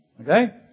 Okay